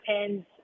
depends